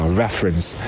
reference